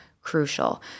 crucial